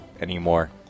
anymore